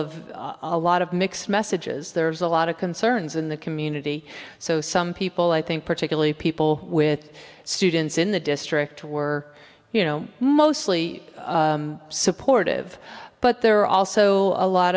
of a lot of mixed messages there's a lot of concerns in the community so some people i think particularly people with students in the district were you know mostly supportive but there are also a lot